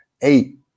eight